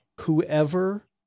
whoever